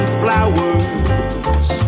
flowers